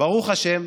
ברוך השם,